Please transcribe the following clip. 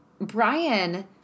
Brian